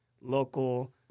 local